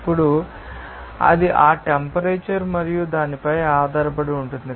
ఇప్పుడు అది ఆ టెంపరేచర్ మరియు దానిపై ఆధారపడి ఉంటుంది